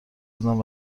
دادن